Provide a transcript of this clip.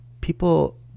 people